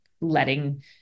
letting